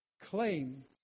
claim